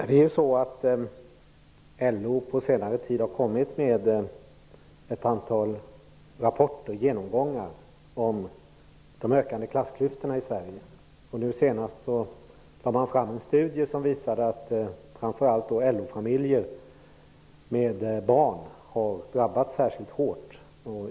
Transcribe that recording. Herr talman! LO har på senare tid kommit med ett antal rapporter om de ökade klassklyftorna i Sverige. Nu senast har man tagit fram en studie som visar att framför allt LO-familjer med barn har drabbats särskilt hårt.